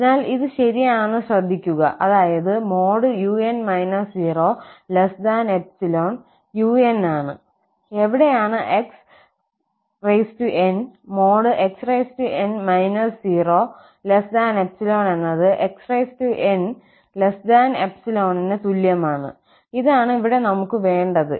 അതിനാൽ ഇത് ശരിയാണെന്ന് ശ്രദ്ധിക്കുക അതായത് |un 0|𝜖un ആണ് എവിടെയാണ് xn|xn 0|𝜖 എന്നത് xn 𝜖 ന് തുല്യമാണ് ഇതാണ് ഇവിടെ നമുക്ക് വേണ്ടത്